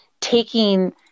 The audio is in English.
taking